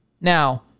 Now